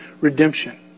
redemption